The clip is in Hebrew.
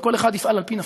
וכל אחד יפעל על-פי נפשו: